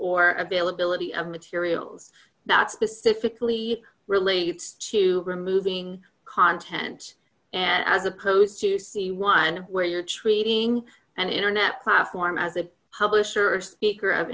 or availability of materials that specifically related to removing content and as opposed to see one where you're treating an internet platform as a publisher or speaker of